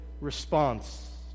response